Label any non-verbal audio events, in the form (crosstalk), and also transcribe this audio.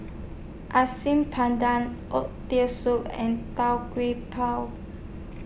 Asam (unintelligible) Oxtail Soup and Tau Kwa Pau